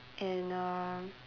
and uh